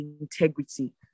integrity